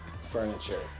Furniture